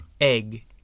egg